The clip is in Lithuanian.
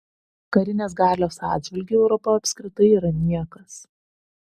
karinės galios atžvilgiu europa apskritai yra niekas